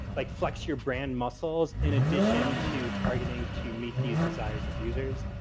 like flex your brand muscles in addition to targeting to meet these desires of users.